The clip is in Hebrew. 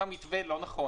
אם המתווה לא נכון,